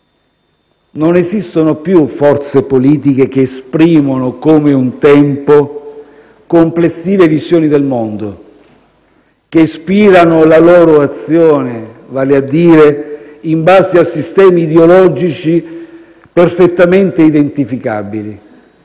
Non esistono più forze politiche che esprimono come un tempo complessive visioni del mondo, che ispirano la loro azione - vale a dire - in base a sistemi ideologici perfettamente identificabili.